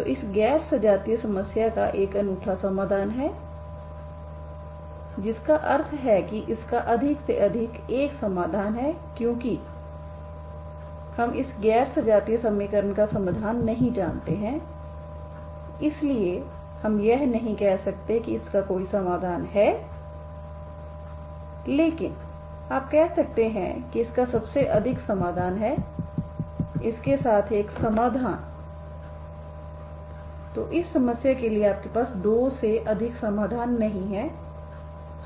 तो इस गैर सजातीय समस्या का एक अनूठा समाधान है जिसका अर्थ है कि इसका अधिक से अधिक एक समाधान है क्योंकि हम इस गैर सजातीय समीकरण का समाधान नहीं जानते हैं इसलिए हम यह नहीं कह सकते कि इसका कोई समाधान है लेकिन आप कह सकते हैं कि इसका सबसे अधिक समाधान है इसके साथ एक समाधान तो इस समस्या के लिए आपके पास दो से अधिक समाधान नहीं हैं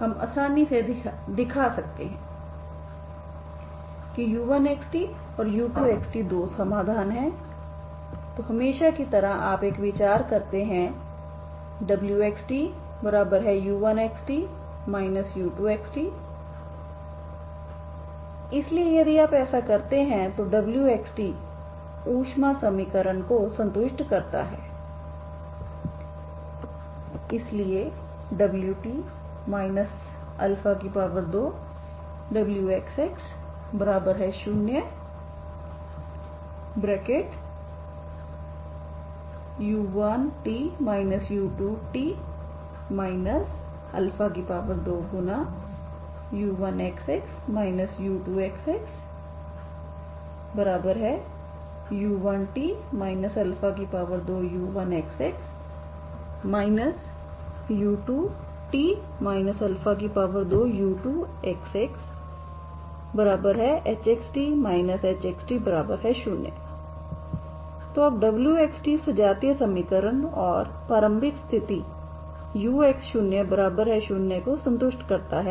हम आसानी से दिखा सकते हैं कि u1xt और u2xt दो समाधान हैं तो हमेशा की तरह आप एक विचार करते wxtu1xt u2xt इसलिए यदि आप ऐसा करते हैं तो wxt ऊष्मा समीकरण को संतुष्ट करता है इसलिए wt 2wxx0u1t u2t 2u1xx u2xxu1t 2u1xx u2t 2u2xxhxt hxt0 तो अब wxt सजातीय समीकरण और प्रारंभिक स्थिति wx00 को संतुष्ट करता है